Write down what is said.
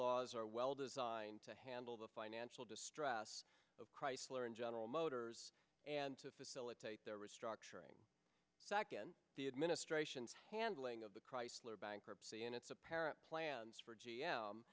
laws are well designed to handle the financial distress of chrysler and general motors and to facilitate their restructuring back in the administration's handling of the chrysler bankruptcy and its apparent plans for g